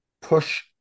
push